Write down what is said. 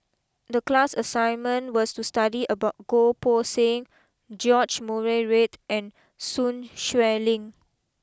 the class assignment was to study about Goh Poh Seng George Murray Reith and Sun Xueling